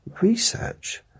research